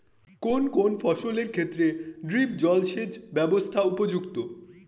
কোন কোন ফসলের ক্ষেত্রে ড্রিপ জলসেচ ব্যবস্থা উপযুক্ত?